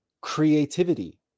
creativity